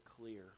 clear